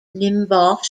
limbaugh